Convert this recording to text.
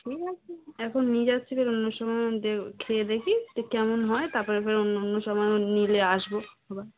ঠিক আছে এখন নিয়ে যাচ্ছি তাহলে অন্য সময় আমি দেখবো খেয়ে দেখি যে কেমন হয় তারপরে ফের অন্য অন্য সময়ও নিলে আসবো আবার